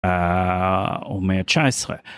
עומד תשע עשרה.